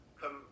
come